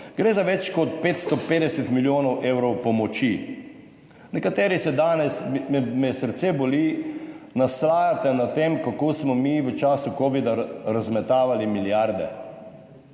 gre za več kot 550 milijonov evrov pomoči. Nekateri se danes, me srce boli, naslajate nad tem, kako smo mi v času covida razmetavali milijarde.